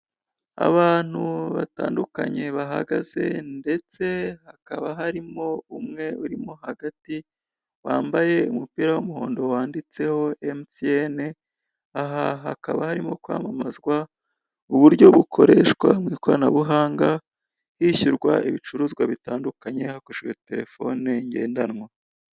Abantu batandukanye bahagaze ndetse hakaba harimo umwe urimo hagati wambaye umupira w'umuhondo wanditseho MTN, aha hakaba harimo kwamamazwa uburyo bukoreshwa mu ikoranabuhanga hishyurwa ibicuruzwa bitandukanye hakoreshejwe telefone ngendanwa.